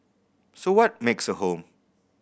so what makes a home